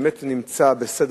אם זה באמת נמצא בסדר-היום,